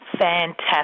fantastic